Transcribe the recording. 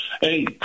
Hey